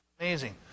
Amazing